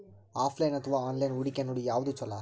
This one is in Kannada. ಆಫಲೈನ ಅಥವಾ ಆನ್ಲೈನ್ ಹೂಡಿಕೆ ನಡು ಯವಾದ ಛೊಲೊ?